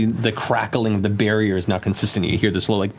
the crackling, the barrier is now consistent, you hear this like